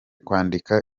kwandika